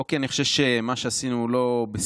לא כי אני חושב שמה שעשינו הוא לא בסדר,